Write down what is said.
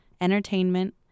entertainment